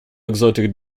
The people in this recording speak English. exotic